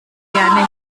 gerne